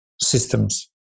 systems